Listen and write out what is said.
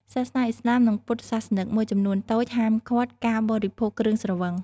សាសនាឥស្លាម និងពុទ្ធសាសនិកមួយចំនួនតូច ហាមឃាត់ការបរិភោគគ្រឿងស្រវឹង។